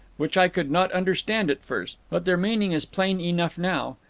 which i could not understand at first. but their meaning is plain enough now.